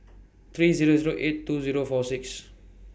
three Zero Zero eight two Zero four six